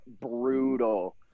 brutal